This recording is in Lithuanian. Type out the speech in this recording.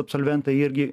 absolventai irgi